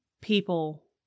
people